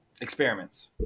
experiments